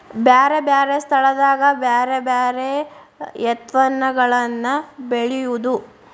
ಬ್ಯಾರೆ ಬ್ಯಾರೆ ಸ್ಥಳದಾಗ ಬ್ಯಾರೆ ಬ್ಯಾರೆ ಯತ್ಪನ್ನಗಳನ್ನ ಬೆಳೆಯುದು